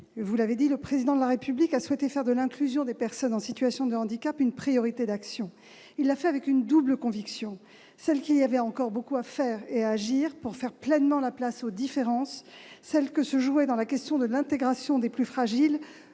vous l'avez dit, le Président de la République a souhaité faire de l'inclusion des personnes en situation de handicap une priorité d'action. Il l'a fait avec une double conviction : celle qu'il y avait encore beaucoup à accomplir pour faire pleinement la place aux différences et celle que se jouaient dans la question de l'intégration des plus fragiles